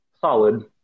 solid